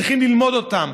צריכים ללמוד אותם,